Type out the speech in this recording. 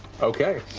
okay.